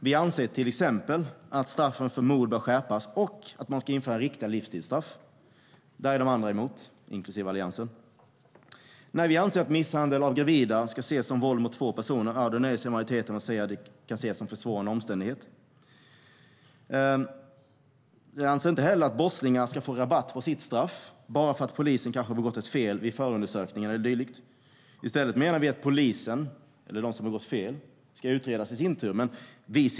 Vi anser till exempel att straffen för mord bör skärpas och att man ska införa riktiga livstidsstraff. Det är de andra emot, inklusive Alliansen. Vi anser att misshandel av gravida ska ses som våld mot två personer. Majoriteten nöjer sig med att det ska ses som försvårande omständighet. Vi anser inte heller att brottslingar ska få rabatt på sitt straff bara för att polisen har gjort fel vid förundersökningen eller dylikt. I stället menar vi att polisen eller den som har gjort fel ska utredas.